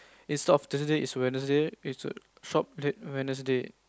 a not Thursday is Wednesday is shop late Wednesday